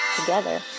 together